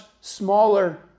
smaller